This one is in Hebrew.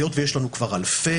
היות ויש לנו כבר אלפי,